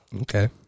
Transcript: Okay